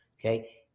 Okay